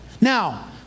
Now